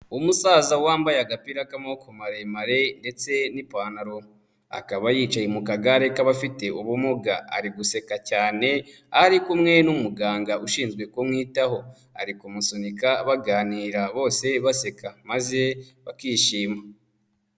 Umusaza wambaye agapira k'amaboko maremare ndetse n'ipantaro, akaba yicaye mu kagare k'abafite ubumuga, ari guseka cyane aho ari kumwe n'umuganga ushinzwe kumwitaho, ari kumusunika baganira bose baseka, maze bakishima.